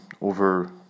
over